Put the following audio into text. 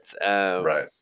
Right